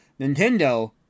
Nintendo